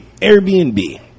Airbnb